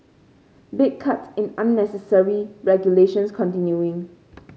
big cuts in unnecessary regulations continuing